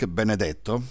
benedetto